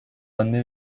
anne